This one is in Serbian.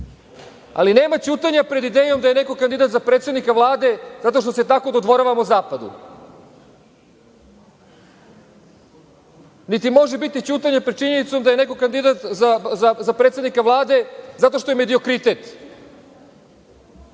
Ali, nema ćutanja pred idejom da je neko kandidat za predsednika Vlade, zato što se tako dodvoravamo zapadu. Niti može biti ćutanje pred činjenicom da je neko kandidat za predsednika Vlade, zato što je mediokritet.